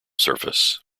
surface